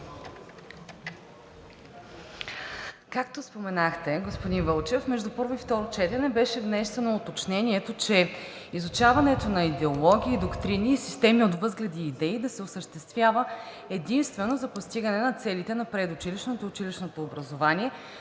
Както споменахте, господин Вълчев, между първо и второ четене беше внесено уточнението, че изучаването на идеологии, доктрини и системи от възгледи и идеи да се осъществява единствено за постигане на целите на предучилищното и училищното образование